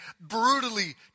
brutally